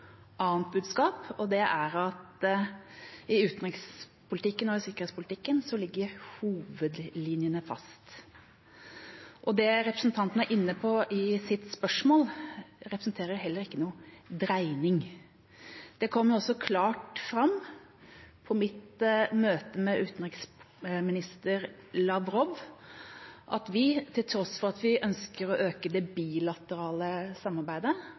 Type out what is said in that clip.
annet budskap, og det er at i utenrikspolitikken og i sikkerhetspolitikken ligger hovedlinjene fast. Det representanten er inne på i sitt spørsmål, representerer heller ikke noen dreining. Det kom også klart fram på mitt møte med utenriksminister Lavrov at vi, til tross for at vi ønsker å øke det bilaterale samarbeidet,